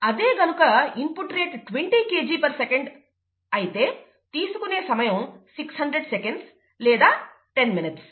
అదే కనుక input rate 20 Kgsec అయితే తీసుకునే సమయం 600 sec లేదా 10 నిమిషాలు